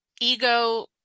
ego